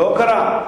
לא קרה.